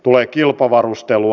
tulee kilpavarustelua